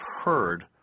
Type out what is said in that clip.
heard